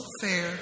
fair